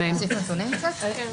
אמן.